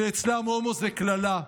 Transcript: שאצלם הומו זה קללה,